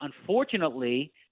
Unfortunately